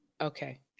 Okay